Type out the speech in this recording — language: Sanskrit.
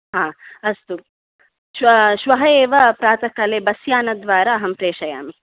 हा अस्तु श्व श्वः एव प्रातःकाले बस् यानद्वारा अहं प्रेषयामि